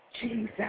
Jesus